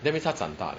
that means 她长大 liao